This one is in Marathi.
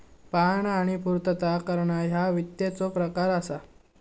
पाहणा आणि पूर्तता करणा ह्या वित्ताचो प्रकार असा